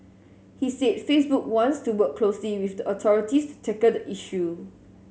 he said Facebook wants to work closely with the authorities to tackle the issue